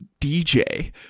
DJ